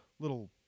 little